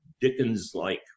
Dickens-like